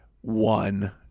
One